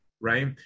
Right